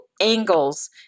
angles